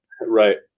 Right